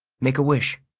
make a wish.